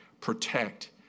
protect